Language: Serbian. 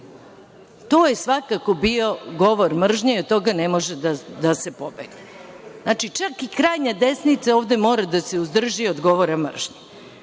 To je svakako bio govor mržnje i od toga ne može da se pobegne. Znači, čak i krajnja desnica ovde mora da se suzdrži od govora mržnje.